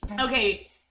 Okay